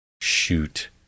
shoot